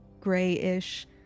grayish